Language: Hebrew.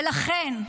ולכן,